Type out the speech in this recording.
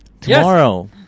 Tomorrow